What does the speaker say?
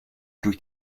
durch